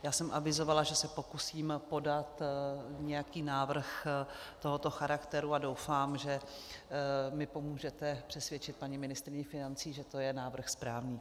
Já jsem avizovala, že se pokusím podat nějaký návrh tohoto charakteru, a doufám, že mi pomůžete přesvědčit paní ministryni financí, že to je návrh správný.